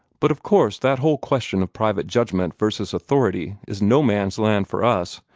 but of course that whole question of private judgment versus authority is no-man's-land for us.